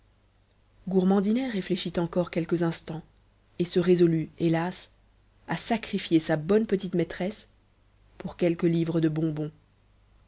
gourmandinet réfléchit encore quelques instants et se résolut hélas à sacrifier sa bonne petite maîtresse pour quelques livres de bonbons